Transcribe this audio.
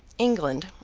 england,